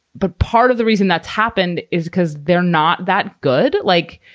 but part of the reason that's happened is because they're not that good. like,